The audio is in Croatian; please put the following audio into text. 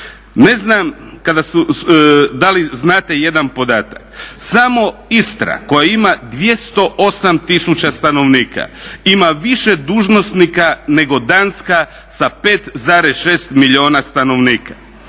Ne znam da li znate jedan podatak. Samo Istra koja ima 208000 stanovnika ima više dužnosnika nego Danska sa 5,6 milijuna stanovnika.